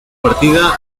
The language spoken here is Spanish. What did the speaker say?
partida